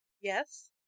Yes